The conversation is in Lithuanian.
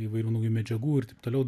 įvairių naujų medžiagų ir taip toliau